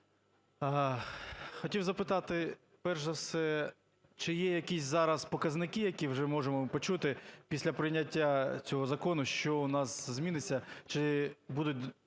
Хотів запитати. Перш за все, чи є якісь зараз показники, які вже можемо почути після прийняття цього закону, що у нас зміниться, чи будуть